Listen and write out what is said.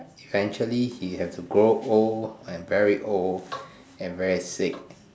eventually he has to grow old and very old and very sick